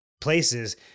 places